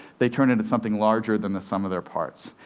they turn into something larger than the sum of their parts.